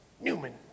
Newman